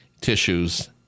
tissues